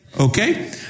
Okay